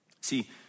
See